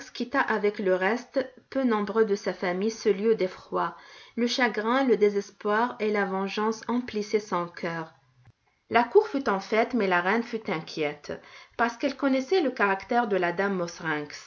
avec le reste peu nombreux de sa famille ce lieu d'effroi le chagrin le désespoir et la vengeance emplissaient son cœur la cour fut en fêtes mais la reine fut inquiète parce qu'elle connaissait le caractère de la dame